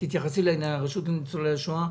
שתתייחסי לעניין הרשות לניצולי השואה.